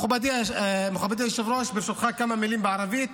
מכובדי היושב-ראש, ברשותך, כמה מילים בערבית